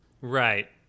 right